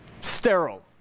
Sterile